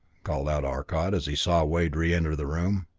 called out arcot, as he saw wade reenter the room.